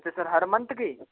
अच्छा सर हर मन्थ की